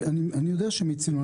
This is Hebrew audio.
אני יודע שמיצינו.